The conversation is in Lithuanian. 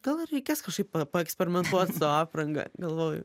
gal ir reikės kažkaip paeksperimentuot su apranga galvoju